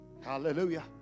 Hallelujah